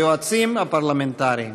ליועצים הפרלמנטריים